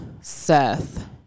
Seth